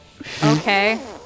Okay